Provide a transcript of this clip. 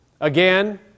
again